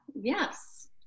Yes